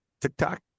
TikTok